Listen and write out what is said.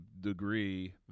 degree